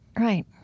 right